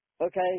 okay